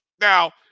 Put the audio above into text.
Now